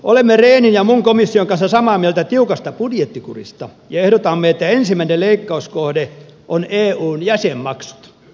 olemme rehnin ja muun komission kanssa samaa mieltä tiukasta budjettikurista ja ehdotamme että ensimmäinen leikkauskohde on eun jäsenmaksut